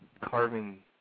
carving